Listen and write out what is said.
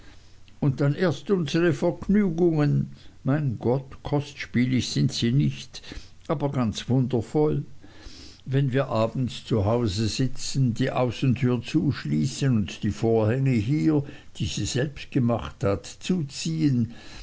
und dann erst unsere vergnügungen mein gott kostspielig sind sie nicht aber ganz wundervoll wenn wir abends zu hause sitzen die außentür zuschließen und die vorhänge hier die sie selbst gemacht hat zuziehen